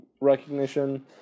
recognition